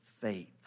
faith